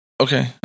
Okay